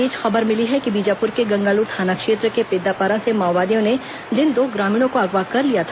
इस बीच खबर मिली है कि बीजापुर के गंगालूर थाना क्षेत्र के पेद्दापारा से माओवादियों ने जिन दो ग्रामीणों को अगवा कर लिया था